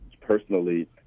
Personally